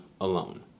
alone